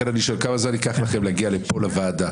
לכן אני שואל כמה זמן ייקח לכם להגיע לפה לוועדה?